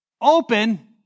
Open